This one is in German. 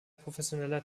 professioneller